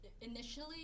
initially